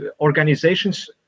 organizations